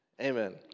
amen